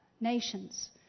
nations